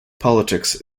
politics